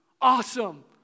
Awesome